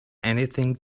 anything